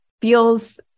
feels